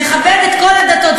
נכבד את כל הדתות,